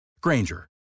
Granger